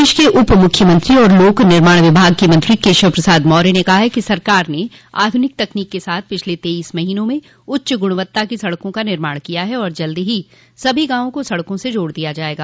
प्रदेश के उप मुख्यमंत्री और लोक निर्माण विभाग के मंत्री केशव प्रसाद मौर्य ने कहा है कि सरकार ने आध्निक तकनीक के साथ पिछले तेईस महीनों में उच्च गुणवत्ता की सड़कों का निर्माण किया है और जल्द ही सभी गांवों को सड़कों से जोड़ दिया जायेगा